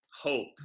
hope –